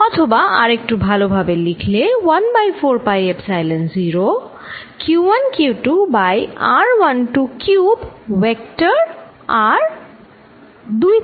অথবা আরেকটু ভালোভাবে লিখলে 1 by 4 pi epsilon 0 q1q2 by r12 cube vector r 2 থেকে 1